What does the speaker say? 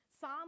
psalm